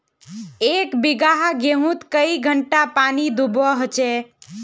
एक बिगहा गेँहूत कई घंटा पानी दुबा होचए?